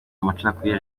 amacakubiri